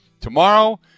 tomorrow